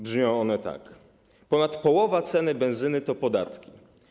Brzmią one tak: ponad połowa ceny benzyny to podatki.